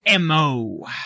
mo